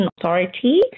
Authority